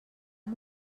amb